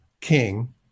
King